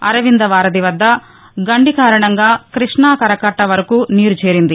అరవింద వారధి వద్ద గండి కారణంగా కృష్ణ కరకట్ట వరకు నీరు చేరింది